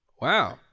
Wow